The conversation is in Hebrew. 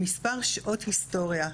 שמספר שעות ההיסטוריה,